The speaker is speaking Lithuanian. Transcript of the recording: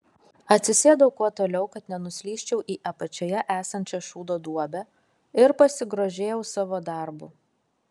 atsisėdau kuo toliau kad nenuslysčiau į apačioje esančią šūdo duobę ir pasigrožėjau savo darbu